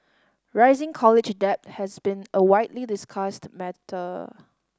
rising college debt has been a widely discussed matter